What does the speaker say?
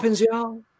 y'all